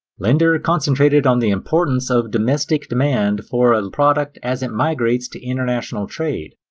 linder concentrated on the importance of domestic demand for a product as it migrates to international trade.